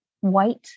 white